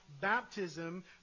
baptism